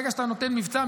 ברגע שאתה נותן מבצע,